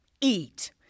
eat